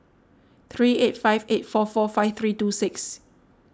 three eight five eight four four five three two six